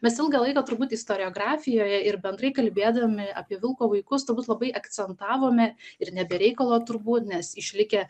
mes ilgą laiką turbūt istoriografijoje ir bendrai kalbėdami apie vilko vaikus turbūt labai akcentavome ir ne be reikalo turbūt nes išlikę